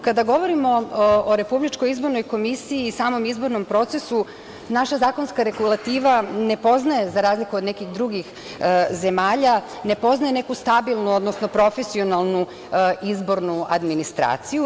Kada govorimo o RIK i samom izbornom procesu, naša zakonska regulativa ne poznaje, za razliku od drugih zemalja, ne poznaje neku stabilnu, odnosno profesionalnu izbornu administraciju.